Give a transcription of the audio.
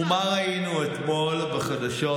ומה ראינו אתמול בחדשות?